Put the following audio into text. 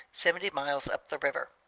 seventy miles up the river.